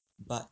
but